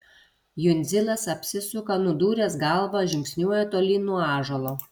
jundzilas apsisuka nudūręs galvą žingsniuoja tolyn nuo ąžuolo